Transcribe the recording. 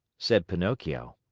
said pinocchio.